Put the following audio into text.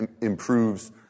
improves